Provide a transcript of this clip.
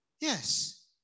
Yes